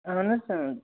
اَہَن حظ